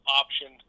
option